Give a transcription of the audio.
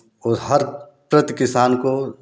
वो हर प्रति किसान को